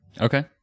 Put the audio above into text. okay